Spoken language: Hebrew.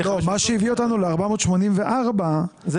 לא.